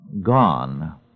gone